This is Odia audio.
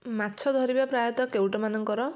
ମାଛ ଧରିବା ପ୍ରାୟତଃ କେଉଟ ମାନଙ୍କର